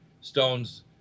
stones